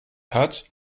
hat